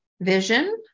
Vision